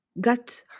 got